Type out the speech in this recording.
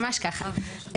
ממש ככה.